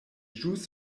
ĵus